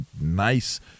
nice